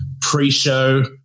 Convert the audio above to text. pre-show